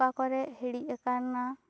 ᱚᱠᱟ ᱠᱚᱨᱮ ᱦᱤᱲᱤᱡ ᱟᱠᱟᱱᱟ